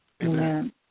Amen